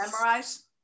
memorize